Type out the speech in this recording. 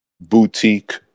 boutique